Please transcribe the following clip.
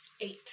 Eight